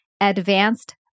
advanced